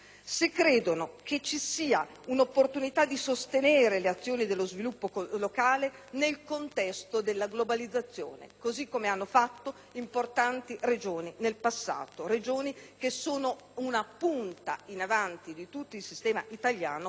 un'opportunità di sostenere le azioni dello sviluppo locale nel contesto della globalizzazione, così come hanno fatto nel passato importanti Regioni, che sono una punta avanzata in tutto il sistema italiano e anche nel contesto europeo.